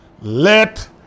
let